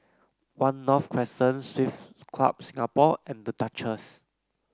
One North Crescent Club Singapore and The Duchess